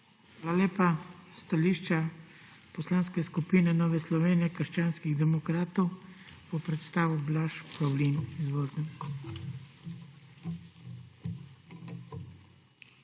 Hvala lepa. Stališče Poslanske skupine Nove Slovenije - krščanskih demokratov bo predstavil Blaž Pavlin. Izvolite.